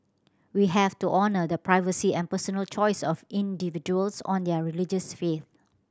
we have to honour the privacy and personal choice of individuals on their religious faith